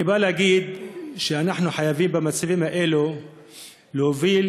אני בא להגיד שאנחנו חייבים במצבים האלה להוביל,